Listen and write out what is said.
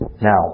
Now